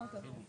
כזאת.